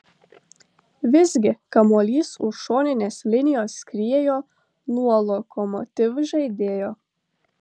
visgi kamuolys už šoninės linijos skriejo nuo lokomotiv žaidėjo